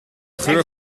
geur